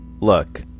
Look